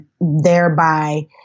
thereby